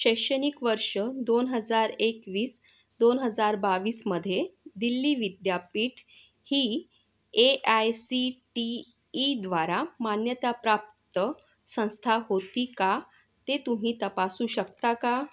शैक्षणिक वर्ष दोन हजार एकवीस दोन हजार बावीसमध्ये दिल्ली विद्यापीठ ही ए आय सी टी ईद्वारा मान्यताप्राप्त संस्था होती का ते तुम्ही तपासू शकता का